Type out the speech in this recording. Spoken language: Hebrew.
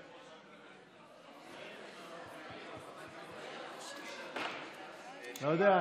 לא יודע,